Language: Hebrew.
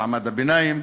מעמד הביניים.